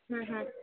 ਹਮ ਹਮ